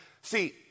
See